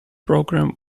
program